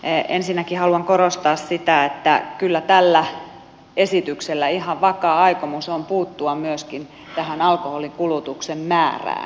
ensinnäkin haluan korostaa sitä että kyllä tällä esityksellä ihan vakaa aikomus on puuttua myöskin tähän alkoholinkulutuksen määrään